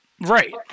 Right